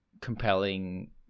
compelling